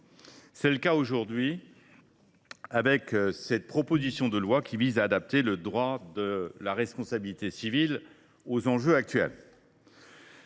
C’est le cas aujourd’hui avec cette proposition de loi visant à adapter le droit de la responsabilité civile aux enjeux actuels.